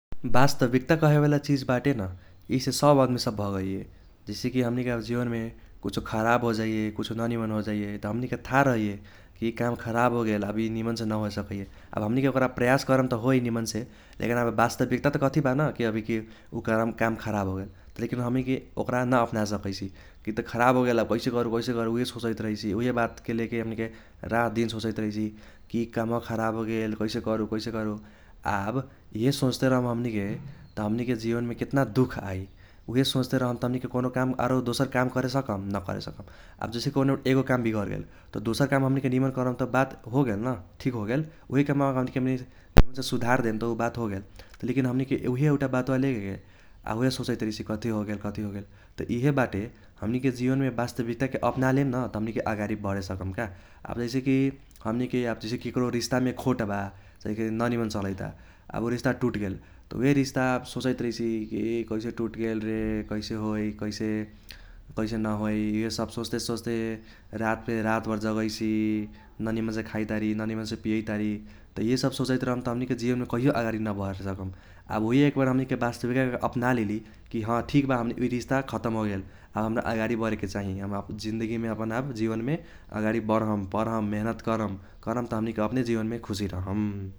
वास्तविक्ता कहेवाला चिज बाटे न इसे सब अदमी सब भगैये । जैसे कि हमनीके आब जीवनमे कुछो खराब हो जाइये कुछो न निमन हो जाइये त हमनीके थाह रहिये कि इ काम खराब होगेल आब इ निमनसे न होए सकैये । आब हमनीके ओकरा प्रयाश करम त होइ निमनसे, वास्तविक्ता त कथी बा न अभी कि उ काम काम खराब होगेल। त लेकिन हमीके ओकरा न अप्नाए सकैसी कि त खराब होगेल आब कैसे करू कैसे करू उइहे सोचैत रहैसि उइहे बातके लेके हमनीके रात दिन सोचैत रहैसि कि इ काम बा खराब होगेल कैसे करू कैसे करू । आब इहे सोच्ते रहम हमनीके त हमनीके जीवनमे केतना दुख आइ । उइहे सोच्टे रहम त हमनीके कौनो काम आरो दोसर काम करे सकम न करेसकम । आब जैसे कौनो एगो काम बिगरगेल त दोसर काम हमनीके निमन करम त बात होगेल न ठीक होगेल । उइहे काम बा निमनसे सुधार देम त उ बात होगेल, लेकिन हमनीके उइहे एउटा बातवा लेके आब उइहे सोचैत रहैसि कथी होगेल कथी होगेल त इहे बाटे हमनीके जीवनमे वास्तविक्ताके अप्नालेम न त हमनीके आगारि बढ़े सकम का । आब जैसे कि हमनीके आब जैसे कि केक्रो रिस्तामे खोट बा चाही न निमन चलैता आब उ रिस्ता टूट गेल, त उइहे रिस्ता आब सोचैत रहैसि कि कैसे टूट गेल रे कैसे होइ कैसे कैसे न होइ इहेसब सोच्ते सोच्ते रातमे रात भर जगैसी, न निमनसे खाइतारी न निमनसे पियैतारी त इहे सब सोचैत रहम त हमनीके जीवनमे कहियो आगारी न बढ़े सकम । आब उइहे एकबार हमनीके वास्तविक्ताके अप्नालेली कि ह ठीक बा इ रिस्ता खतम होगेल आ हमरा आगारी बढेके चाही जिन्दगीमे अपन आब जीवनमे आगारी बढम पढम मिहीनेत करम, करम त हमनीके अपने जीवनमे खुसी रहम।